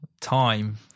time